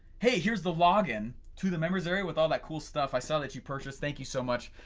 hey here's the login to the members area with all that cool stuff i saw that you purchased, thank you so much.